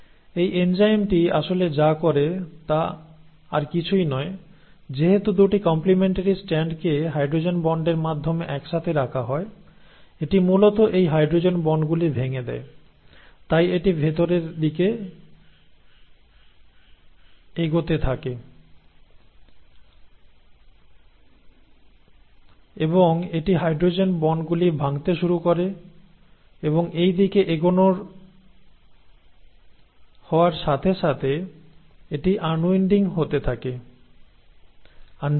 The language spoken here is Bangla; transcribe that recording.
এই এনজাইমটি আসলে যা করে তা আর কিছুই নয় যেহেতু 2 টি কম্প্লেমেন্টারি স্ট্র্যান্ডকে হাইড্রোজেন বন্ডের মাধ্যমে একসাথে রাখা হয় এটি মূলত এই হাইড্রোজেন বন্ডগুলি ভেঙে দেয় তাই এটি ভেতরের দিকে এগোতে থাকে এবং এটি হাইড্রোজেন বন্ডগুলি ভাঙ্গতে শুরু করে এবং এই দিকে এগোনোর হওয়ার সাথে সাথে এটি আনউইন্ডিং হতে থাকে আনজিপ করে